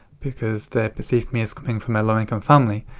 because they perceived me as coming from a low-income family.